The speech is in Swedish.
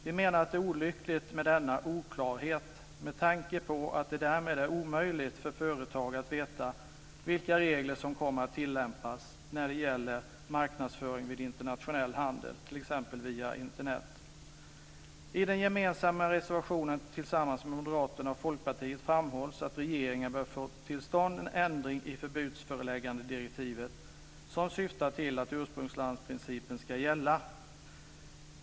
Vi menar att det är olyckligt med denna oklarhet, med tanke på att det därmed är omöjligt för företag att veta vilka regler som kommer att tillämpas när det gäller marknadsföring vid internationell handel, t.ex. via Internet. I den gemensamma reservationen tillsammans med Moderaterna och Folkpartiet framhålls att regeringen bör få till stånd en ändring i förbudsföreläggandirektivet som syftar till att ursprungslandsprincipen ska gälla.